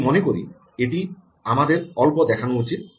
আমি মনে করি এটি আমাদের অল্প দেখানো উচিত